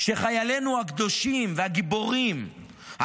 שחיילינו הקדושים והגיבורים,